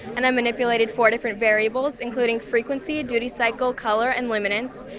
and i manipulated four different variables including frequency, duty cycle, colour and luminance,